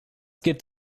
gibt